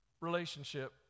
relationship